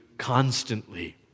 constantly